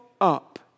up